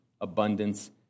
abundance